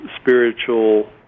spiritual